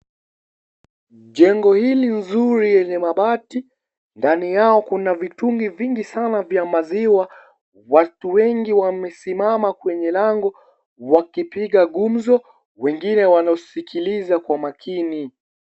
Jengo hili zuri lenye mabati, ndani yao kuna vitungi vingi sana vya maziwa, watu wengi wamesimama kwenye lango, wakipiga gumzo, wengine wanasikiliza kwa makini.